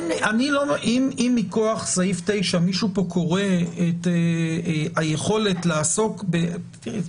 אם מכוח סעיף 9 מישהו פה קורא את היכולת לעסוק תראי,